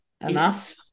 enough